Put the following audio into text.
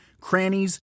crannies